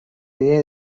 idea